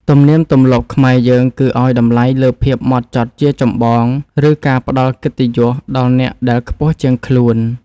ទំនៀមទម្លាប់ខ្មែរយើង គឺឱ្យតម្លៃលើភាពហ្មត់ចត់ជាចម្បង ឬការផ្តល់កិត្តិយសដល់អ្នកដែលខ្ពស់ជាងខ្លួន។